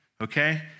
okay